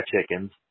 chickens